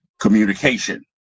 communication